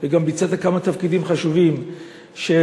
וגם ביצעת כמה תפקידים חשובים של